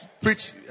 preach